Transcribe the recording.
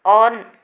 on